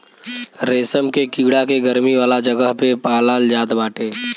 रेशम के कीड़ा के गरमी वाला जगह पे पालाल जात बाटे